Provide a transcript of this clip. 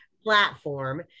platform